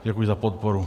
Děkuji za podporu.